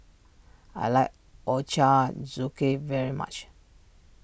I like Ochazuke very much